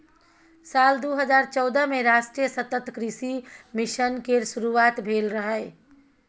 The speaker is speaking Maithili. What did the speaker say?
साल दू हजार चौदह मे राष्ट्रीय सतत कृषि मिशन केर शुरुआत भेल रहै